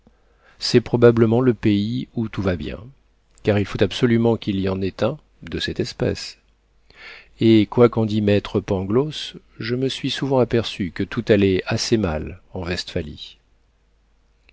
c'est probablement le pays où tout va bien car il faut absolument qu'il y en ait un de cette espèce et quoi qu'en dît maître pangloss je me suis souvent aperçu que tout allait assez mal en